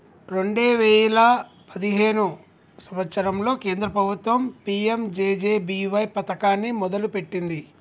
రెండే వేయిల పదిహేను సంవత్సరంలో కేంద్ర ప్రభుత్వం పీ.యం.జే.జే.బీ.వై పథకాన్ని మొదలుపెట్టింది